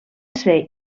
ser